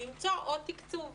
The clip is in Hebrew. למצוא עוד תקצוב,